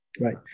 Right